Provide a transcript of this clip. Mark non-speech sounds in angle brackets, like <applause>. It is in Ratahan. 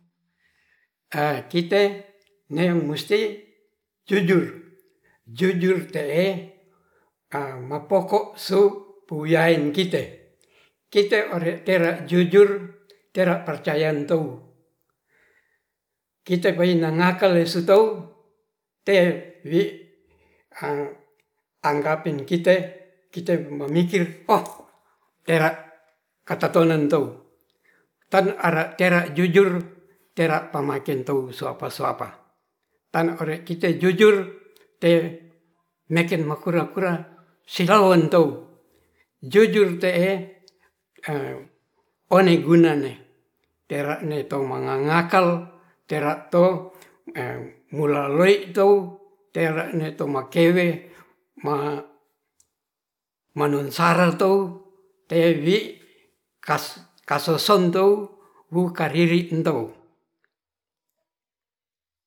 <hesitation> kite ne musti jujur, jujur telee mapoko su puyayen kite, kite ore tera jujur tera parcaya tou kite palin nangakal sutou te wi <hesitation> anggapin kite, kite mamikir <hesitation> tera kartatonan tou tan ara tera jujur tera pamaken tou suapa-suapa tan ore kite jujur te neken makura-kura silalowan tou jujur te'e <hesitation> one gunane tera'ne to mangangakal tera to <hesitation> mulalui to tera ne tomakewe ma- manusarar to tewi kas-kasesontou wukariri tou